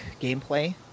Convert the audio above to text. gameplay